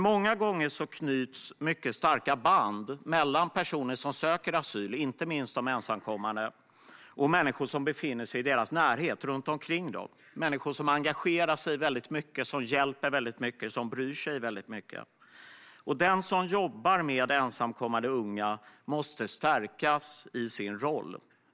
Många gånger knyts mycket starka band mellan personer som söker asyl, inte minst de ensamkommande, och människor som befinner sig runt omkring dem i deras närhet, människor som engagerar sig väldigt mycket, som hjälper väldigt mycket och som bryr sig väldigt mycket. Den som jobbar med ensamkommande unga måste stärkas i sin roll.